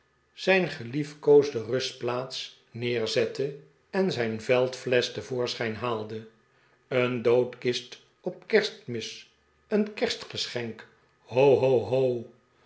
zijn geliefkoosde rustplaats neerzette en zijn veldflesch te voorschijn haalde een doodkist op kerstmis een kerstgeschenk ho ho hoi ho